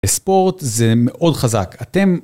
בספורט זה מאוד חזק. אתם